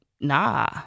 nah